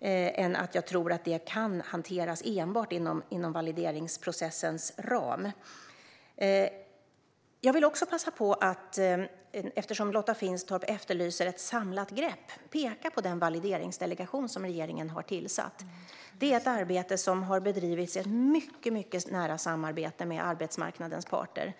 än att jag tror att det kan hanteras enbart inom valideringsprocessens ram. Eftersom Lotta Finstorp efterlyser ett samlat grepp vill jag också passa på att peka på den valideringsdelegation som regeringen har tillsatt. Det är ett arbete som har bedrivits i mycket nära samarbete med arbetsmarknadens parter.